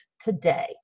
today